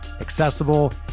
accessible